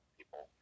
people